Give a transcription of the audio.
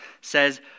says